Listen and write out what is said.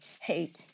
hate